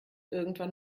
irgendwann